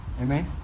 amen